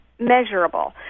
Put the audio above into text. measurable